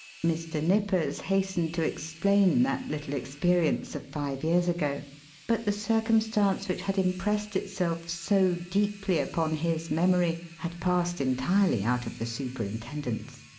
mr. nippers hastened to explain that little experience of five years ago but the circumstance which had impressed itself so deeply upon his memory had passed entirely out of the superintendent's.